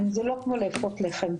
זה לא כמו לאפות לחם,